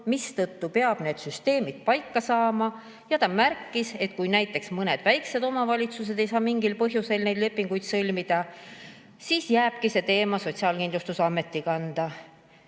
mistõttu peab need süsteemid paika saama. Ja ta märkis, et kui näiteks mõned väikesed omavalitsused ei saa mingil põhjusel neid lepinguid sõlmida, siis jääbki see teema Sotsiaalkindlustusameti kanda.